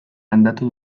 landatu